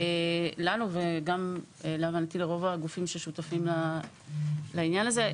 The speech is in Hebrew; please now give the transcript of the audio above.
לנו ולהבנתי גם לרוב הגופים ששותפים לעניין הזה,